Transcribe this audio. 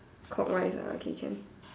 clockwise ah okay can